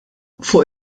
fuq